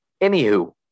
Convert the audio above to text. Anywho